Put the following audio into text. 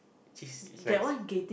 cheese is nice